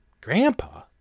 Grandpa